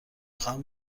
خواهم